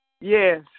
Yes